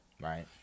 Right